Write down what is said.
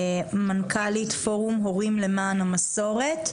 מנכ"לית פורום הורים למען המסורת.